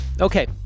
Okay